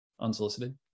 unsolicited